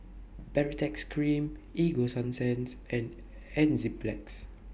Baritex Cream Ego Sunsense and Enzyplex